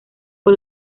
fue